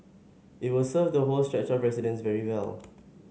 it will serve the whole stretch of residents very well